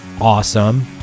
awesome